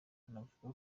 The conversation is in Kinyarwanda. anavuga